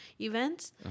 events